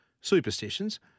superstitions